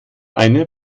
eine